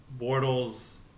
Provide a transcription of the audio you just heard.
Bortles